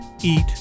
Eat